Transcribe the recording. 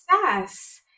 success